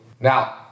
now